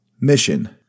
Mission